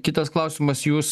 kitas klausimas jūs